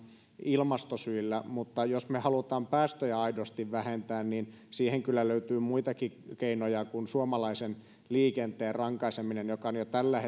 ilmastosyillä mutta jos me haluamme aidosti vähentää päästöjä siihen kyllä löytyy muitakin keinoja kuin suomalaisen liikenteen rankaiseminen joka on jo tällä